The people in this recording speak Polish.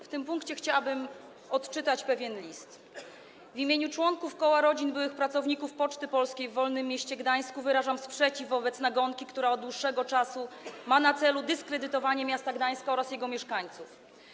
W tym punkcie chciałabym odczytać pewien list: W imieniu członków Koła Rodzin Byłych Pracowników Poczty Polskiej w Wolnym Mieście Gdańsku wyrażam sprzeciw wobec nagonki, która od dłuższego czasu ma na celu dyskredytowanie miasta Gdańska oraz jego mieszkańców.